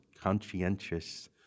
conscientious